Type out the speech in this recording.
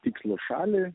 tikslo šalį